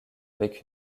avec